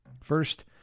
First